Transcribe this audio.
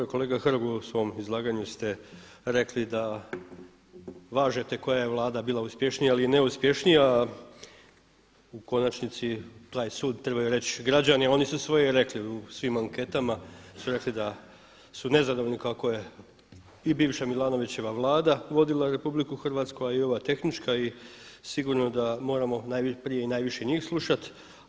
Kolega Hrg, u svom izlaganju ste rekli da važete koja je Vlada bila uspješnija ili neuspješnija a u konačnici taj sud treba i reći građani, oni su svoje rekli u svim anketama su rekli da su nezadovoljni kako je i bivša Milanovićeva vlad vodila RH, a i ova tehnička, i sigurno da moramo najprije i najviše njih slušati.